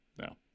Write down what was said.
No